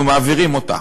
אנחנו מעבירים אותה.